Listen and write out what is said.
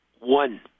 One